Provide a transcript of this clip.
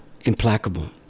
implacable